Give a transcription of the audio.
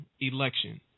election